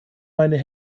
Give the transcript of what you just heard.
meine